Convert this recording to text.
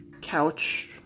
couch